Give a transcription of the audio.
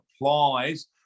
applies